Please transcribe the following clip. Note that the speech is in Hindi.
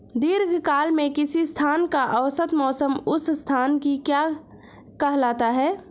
दीर्घकाल में किसी स्थान का औसत मौसम उस स्थान की क्या कहलाता है?